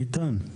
איתן,